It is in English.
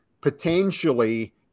potentially